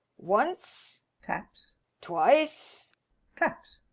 once taps twice taps.